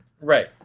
Right